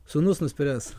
sūnus nuspręs